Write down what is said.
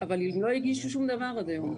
אבל הם לא הגישו שום דבר עד היום.